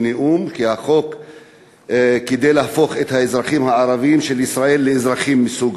בנאום על חוק כדי להפוך את האזרחים הערבים של ישראל לאזרחים מסוג